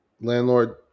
landlord